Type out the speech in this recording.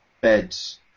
beds